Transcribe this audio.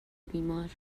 بیمار